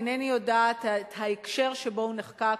אינני יודעת את ההקשר שבו הוא נחקק,